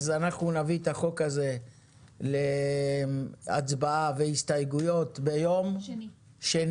אנחנו נביא את החוק להצבעה והסתייגויות ביום שני.